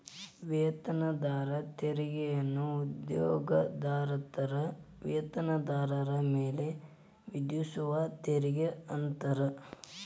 ವೇತನದಾರ ತೆರಿಗೆಯನ್ನ ಉದ್ಯೋಗದಾತರ ವೇತನದಾರ ಮೇಲೆ ವಿಧಿಸುವ ತೆರಿಗೆ ಅಂತಾರ